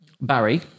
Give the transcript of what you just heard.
Barry